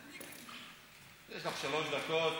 יש לך שלוש דקות